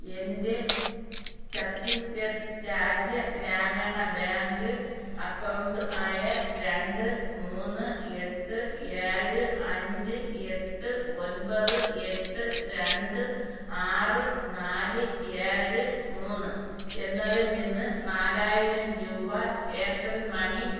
എൻ്റെ Chhattisgarh Rajya Gramin bank account ആയ രണ്ട് മൂന്ന് എട്ട് ഏഴ് അഞ്ച് എട്ട് ഒൻപത് എട്ട് രണ്ട് ആറ് നാല് ഏഴ് മൂന്ന് എന്നതിൽ നിന്ന് നാലായിരം രൂപ എയർടെൽ മണി